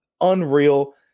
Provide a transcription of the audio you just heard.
Unreal